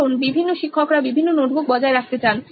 কারণ বিভিন্ন শিক্ষকরা বিভিন্ন নোটবুক বজায় রাখতে চান